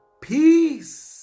Peace